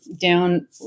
down